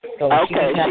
Okay